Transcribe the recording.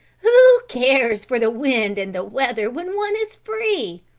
who cares for the wind and weather when one is free?